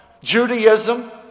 Judaism